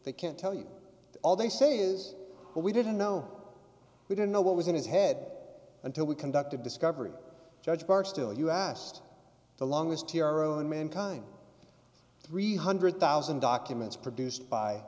they can't tell you all they say is that we didn't know we don't know what was in his head until we conducted discovery judge bar still you asked the longest hero in mankind three hundred thousand documents produced by